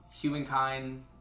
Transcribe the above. Humankind